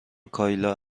کایلا